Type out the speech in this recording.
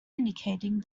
indicating